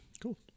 cool